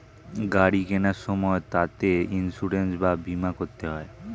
গাড়ি কেনার সময় তাতে ইন্সুরেন্স বা বীমা করতে হয়